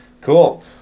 Cool